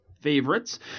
favorites